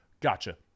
Gotcha